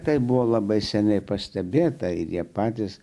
taip buvo labai seniai pastebėta ir jie patys